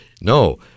No